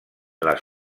les